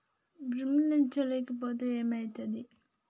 ఋణం చెల్లించకపోతే ఏమయితది?